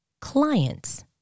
clients